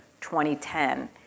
2010